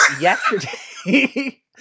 yesterday